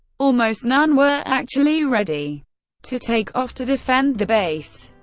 almost none were actually ready to take off to defend the base.